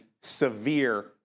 severe